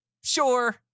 Sure